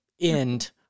end